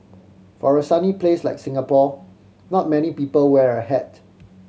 for a sunny place like Singapore not many people wear a hat